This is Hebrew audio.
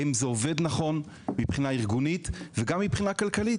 האם זה עובד נכון מבחינה ארגונית וגם מבחינה כלכלית.